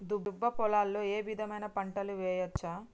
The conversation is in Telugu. దుబ్బ పొలాల్లో ఏ విధమైన పంటలు వేయచ్చా?